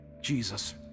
Jesus